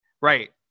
Right